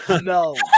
No